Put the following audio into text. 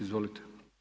Izvolite.